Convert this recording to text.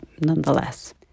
nonetheless